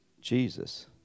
Jesus